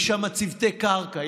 יש שם צוותי קרקע,